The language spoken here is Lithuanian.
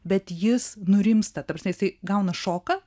bet jis nurimsta ta prasme jisai gauna šoką